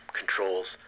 controls